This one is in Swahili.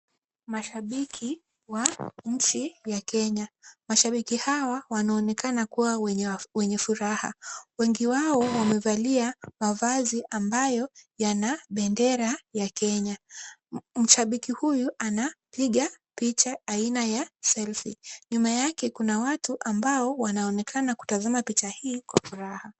Mashabiki wa nchi ya Kenya. Mashabiki hawa wanaonekana kuwa wenye furaha. Wengi wao wamevalia mavazi ambayo yana bendera ya Kenya. Mshabiki huyu anapiga picha aina ya selfie . Nyuma yake kuna watu ambao wanaonekana kutazama picha hii kwa furaha.